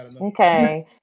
okay